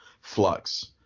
flux